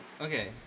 Okay